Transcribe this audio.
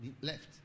left